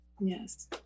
yes